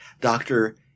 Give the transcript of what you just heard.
Doctor